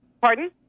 Pardon